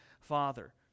Father